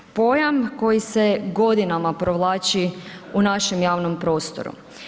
Pojam koji se godinama provlači u našem javnom prostor.